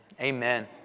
Amen